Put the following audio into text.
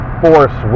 force